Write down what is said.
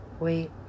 Wait